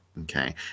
okay